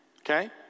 okay